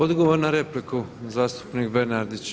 Odgovor na repliku zastupnik Bernardić.